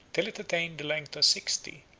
till it attained the length of sixty,